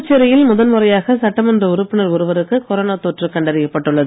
புதுச்சேரியில் முதன்முறையாக சட்டமன்ற உறுப்பினர் ஒருவருக்கு கொரோனா தொற்று கண்டறியப்பட்டுள்ளது